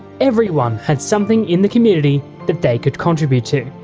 everyone had something in the community that they could contribute to.